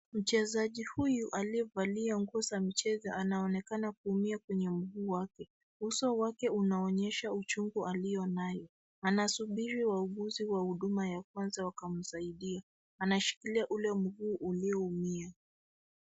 Mchezaji huyu aliyevalia nguo za michezo anaonekana kuumia kwenye mguu wake. Uso wake unaonyesha uchungu alio nayo. Anasuburi wauguzi wa huduma ya kwanza wakamsaidie. Anashikilia ule mguu ulioumia.